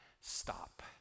stop